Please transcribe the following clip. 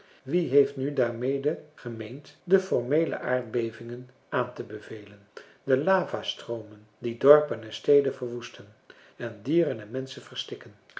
wie heeft nu daarmede gemeend de formeele aardbevingen aan te bevelen de lavastroomen die dorpen en steden verwoesten en dieren en menschen verstikken